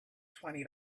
twenty